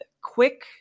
quick